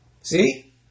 See